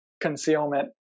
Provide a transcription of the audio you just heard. concealment